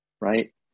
right